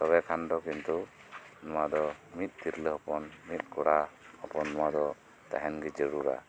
ᱛᱚᱵᱮ ᱠᱷᱟᱱ ᱫᱚ ᱠᱤᱱᱛᱩ ᱱᱚᱣᱟᱫᱚ ᱢᱤᱫ ᱛᱤᱨᱞᱟᱹ ᱦᱚᱯᱚᱱ ᱢᱤᱫ ᱠᱚᱲᱟ ᱦᱚᱯᱚᱱ ᱱᱚᱣᱟᱫᱚ ᱛᱟᱦᱮᱱᱜᱤ ᱡᱟᱹᱨᱩᱲᱟ